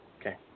Okay